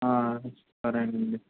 సరేనండి